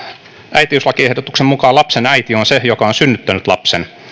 äitiyslakiehdotuksen mukaan lapsen äiti on se joka on synnyttänyt lapsen